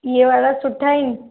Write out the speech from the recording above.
ये वारा सुठा आहिनि